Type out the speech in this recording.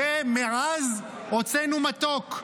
ומעז הוצאנו מתוק.